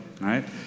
right